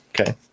okay